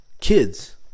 kids